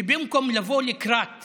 שבמקום לבוא לקראת